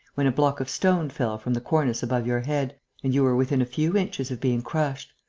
when a block of stone fell from the cornice above your head and you were within a few inches of being crushed.